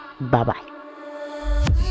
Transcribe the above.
Bye-bye